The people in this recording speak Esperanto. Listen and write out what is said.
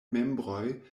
membroj